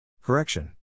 Correction